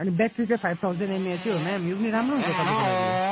अनि ब्याट्री चाहिँ five thousand एसएएचै हो मेम यो पनि राम्रै हुन्छ तपाईँको लागि